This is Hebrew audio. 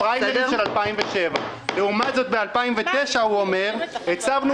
זה בפריימריז של 2007. לעומת זאת ב-2009 הוא אומר: הצבנו